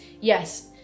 yes